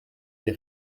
est